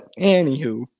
anywho